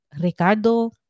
Ricardo